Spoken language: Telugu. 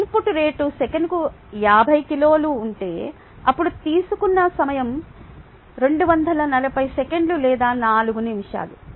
ఇన్పుట్ రేటు సెకనుకు 50 కిలోలు ఉంటే అప్పుడు తీసుకున్న సమయం 240 సెకన్లు లేదా 4 నిమిషాలు